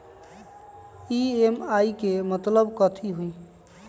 EMI के मतलब कथी होई?